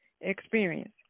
experience